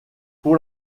pour